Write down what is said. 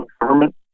government